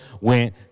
went